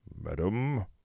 madam